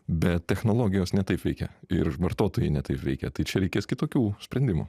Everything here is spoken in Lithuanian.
bet technologijos ne taip veikia ir vartotojai ne taip veikia tai čia reikės kitokių sprendimų